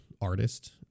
artist